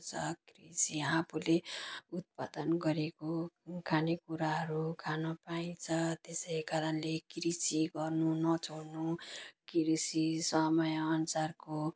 पर्छ कृषि आफूले उत्पादन गरेको खाने कुराहरू खान पाइन्छ त्यसै कारणले कृषि गर्नु नछोड्नु कृषि समय अनुसारको